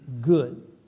good